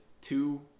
two